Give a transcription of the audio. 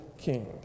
king